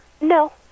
No